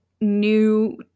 new